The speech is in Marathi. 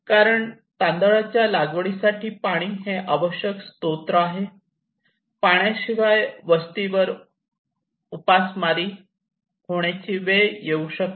कारण तांदळाच्या लागवडीसाठी पाणी हे आवश्यक स्त्रोत आहे पाण्याशिवाय वस्तीवर बस्ती वर उपास मारी होण्याची वेळ येऊ शकते